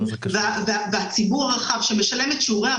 לציבור.